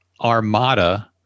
Armada